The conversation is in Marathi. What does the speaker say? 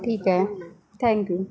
ठीक आहे थँक्यू